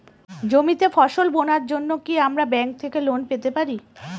জমিতে ফসল বোনার জন্য কি আমরা ব্যঙ্ক থেকে লোন পেতে পারি?